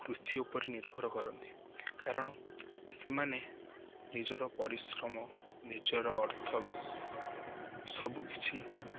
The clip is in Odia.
କୃଷି ଉପରେ ନିର୍ଭର କରନ୍ତି କାରଣ ସେମାନେ ନିଜର ପରିଶ୍ରମ ନିଜର ଅର୍ଥ ସବୁକିଛି